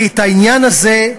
כי את העניין הזה,